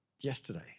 yesterday